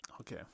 Okay